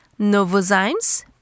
Novozymes